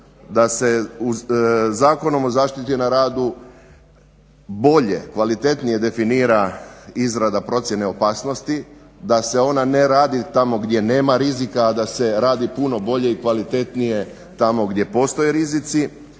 da se Zakonom o zaštiti na radu bolje, kvalitetnije definira izrada procjene opasnosti, da se ona ne radi tamo gdje nema rizika, a da se radi puno bolje i kvalitetnije tamo gdje postoje rizici,